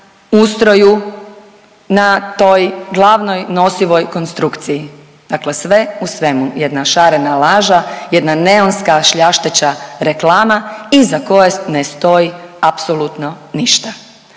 ustroju, na toj glavnoj, nosivoj konstrukciji. Dakle, sve u svemu jedna šarena laža, jedna neonska šljašteča reklama iza koje ne stoji apsolutno ništa.